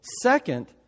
Second